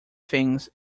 things